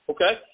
Okay